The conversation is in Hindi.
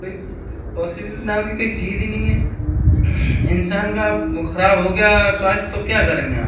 कोई पॉसीबीलिटी नाम की कोई चीज़ ही नहीं है इंसान का खराब हो गया स्वास्थ्य तो क्या करेंगे आप